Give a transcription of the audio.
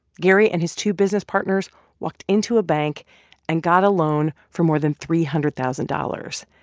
gary and his two business partners walked into a bank and got a loan for more than three hundred thousand dollars.